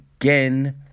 again